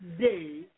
day